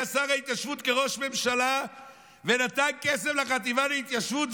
היה שר ההתיישבות כראש הממשלה ונתן כסף לחטיבה להתיישבות,